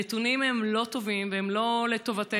הנתונים הם לא טובים והם לא לטובתנו,